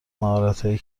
مهارتهایی